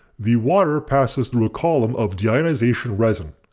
the water passes through a column of deionization resin.